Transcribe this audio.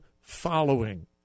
following